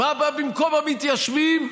מה בא במקום המתיישבים?